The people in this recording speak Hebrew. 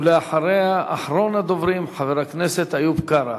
ואחריה, אחרון הדוברים, חבר הכנסת איוב קרא.